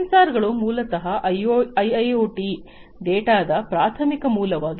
ಸೆನ್ಸಾರ್ಗಳು ಮೂಲತಃ ಐಐಓಟಿ ಡೇಟಾದ ಪ್ರಾಥಮಿಕ ಮೂಲವಾಗಿದೆ